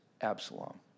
Absalom